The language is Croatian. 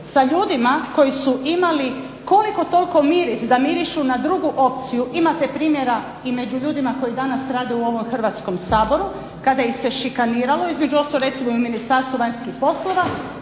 sa ljudima koji su imali koliko toliko miris da mirišu na drugu opciju imate primjera i među ljudima koji danas rade u ovom Hrvatskom saboru kada ih se šikaniralo. Između ostalog recimo i u Ministarstvu vanjskih poslova